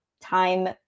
time